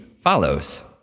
follows